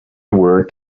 word